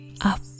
up